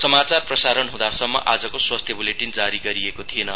समाचार प्रसारण हुँदासम्म आजको स्वास्थ्य बुलेटिन जारी गरिएको थिएन